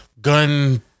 gun